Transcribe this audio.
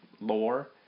lore